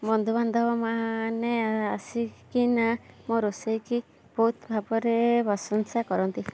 ବନ୍ଧୁବାନ୍ଧବ ମାନେ ଆସିକିନା ମୋ ରୋଷେଇ କି ବହୁତ ଭାବରେ ପ୍ରଶଂସା କରନ୍ତି